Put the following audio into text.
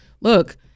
Look